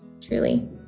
truly